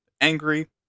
angry